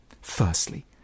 Firstly